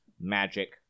magic